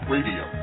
Radio